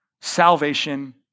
Salvation